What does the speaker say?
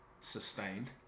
sustained